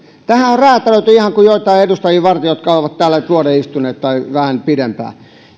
tämähän on ihan kuin räätälöity joitakin edustajia varten jotka ovat täällä vuoden istuneet tai vähän pidempään